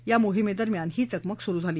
या मोहिमेदरम्यान ही चकमक सुरु झाली